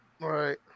Right